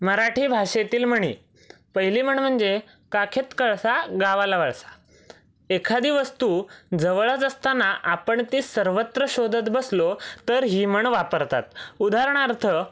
मराठी भाषेतील म्हणी पहिली म्हण म्हणजे काखेत कळसा गावाला वळसा एखादी वस्तू जवळच असताना आपण ते सर्वत्र शोधत बसलो तर ही म्हण वापरतात उदाहरणार्थ